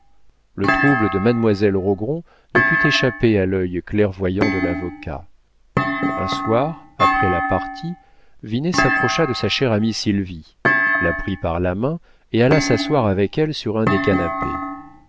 le trouble de mademoiselle rogron ne put échapper à l'œil clairvoyant de l'avocat un soir après la partie vinet s'approcha de sa chère amie sylvie la prit par la main et alla s'asseoir avec elle sur un des canapés